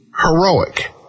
Heroic